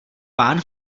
pán